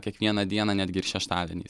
kiekvieną dieną netgi ir šeštadieniais